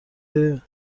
هیزم